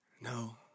No